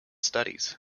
studies